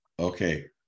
Okay